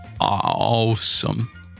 Awesome